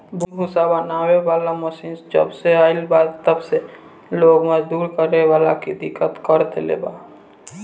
भूसा बनावे वाला मशीन जबसे आईल बा तब से लोग मजदूरी करे वाला के दिक्कत कर देले बा